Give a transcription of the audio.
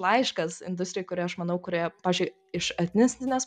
laiškas industrijai kuri aš manau kurioje pavyzdžiui iš etnistinės